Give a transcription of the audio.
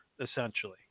essentially